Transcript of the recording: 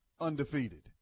undefeated